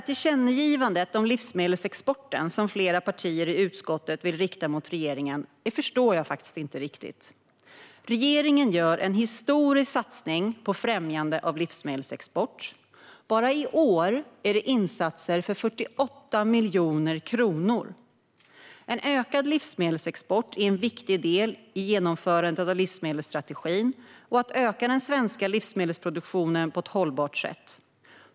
Tillkännagivandet om livsmedelsexporten som flera partier i utskottet vill rikta mot regeringen förstår jag faktiskt inte riktigt. Regeringen gör en historisk satsning på främjande av livsmedelsexport. Bara i år är det insatser för 48 miljoner kronor. En ökad livsmedelsexport är en viktig del i genomförandet av livsmedelsstrategin liksom att öka den svenska livsmedelsproduktionen på ett hållbart sätt.